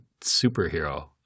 superhero